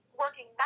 working